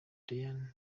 brian